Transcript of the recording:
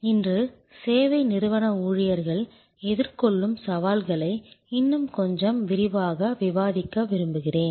இன்று சேவை நிறுவன ஊழியர்கள் எதிர்கொள்ளும் சவால்களை இன்னும் கொஞ்சம் விரிவாக விவாதிக்க விரும்புகிறேன்